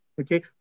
Okay